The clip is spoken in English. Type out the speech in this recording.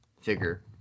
figure